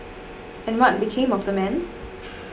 and what became of the man